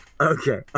Okay